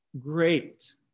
Great